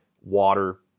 water